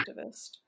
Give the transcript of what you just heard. activist